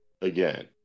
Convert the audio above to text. Again